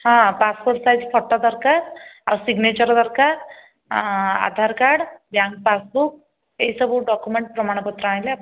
ହଁ passport size photo ଦରକାର ଆଉ ସିଗନେଚର୍ ଦରକାର ଆଧାର କାର୍ଡ଼ ବ୍ୟାଙ୍କ ପାସବୁକ୍ ଏହିସବୁ ଡକ୍ୟୁମେଣ୍ଟ ପ୍ରମାଣ ପତ୍ର ଆଣିଲେ ଆପଣ